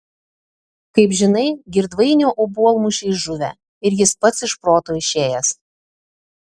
kaip žinai girdvainio obuolmušiai žuvę ir jis pats iš proto išėjęs